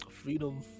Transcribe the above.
freedom